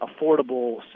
affordable